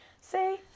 See